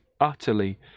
utterly